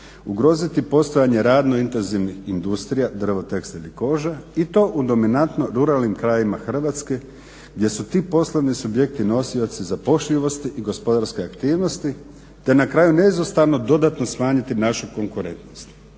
ugroziti postojanje radno intenzivnih industrija drvo, tekstil i koža i to u dominantno ruralnim krajevima Hrvatske gdje su ti poslovni subjekti nosioci zapošljivosti i gospodarske aktivnosti te na kraju neizostavno dodatno smanjiti našu konkurentnost.